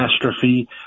catastrophe